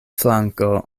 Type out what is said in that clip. flanko